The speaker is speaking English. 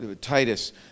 Titus